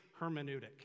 hermeneutic